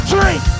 Drink